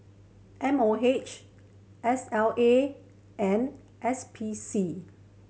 M O H S L A and S P C